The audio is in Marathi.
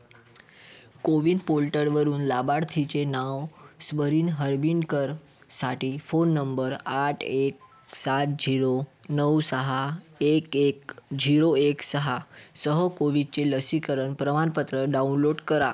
कोविन पोर्टलवरून लाभार्थीचे नाव स्मरिन हरवीनकरसाठी फोन नंबर आठ एक सात झिरो नऊ सहा एक एक झिरो एक सहासह कोविडचे लसीकरण प्रमाणपत्र डाउनलोड करा